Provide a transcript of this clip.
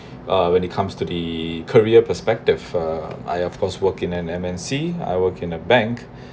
uh when it comes to the career perspective uh I of course work in M_N_C I work in a bank